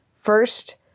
First